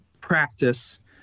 practice